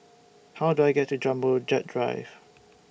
How Do I get to Jumbo Jet Drive